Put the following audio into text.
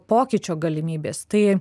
pokyčio galimybės tai